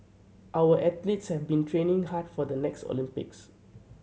our athletes have been training hard for the next Olympics